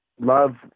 Love